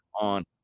on